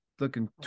looking